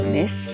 Miss